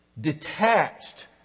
detached